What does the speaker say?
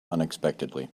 unexpectedly